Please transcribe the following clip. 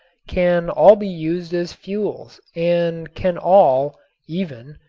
can all be used as fuels and can all even,